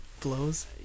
blows